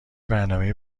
برنامهای